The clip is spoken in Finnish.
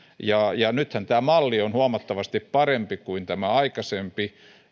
nythän tämä malli on huomattavasti parempi kuin aikaisempi